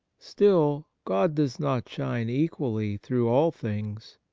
still, god does not shine equally through all things.